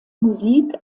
musik